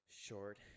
short